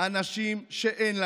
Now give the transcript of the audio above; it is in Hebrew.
אנשים שאין להם.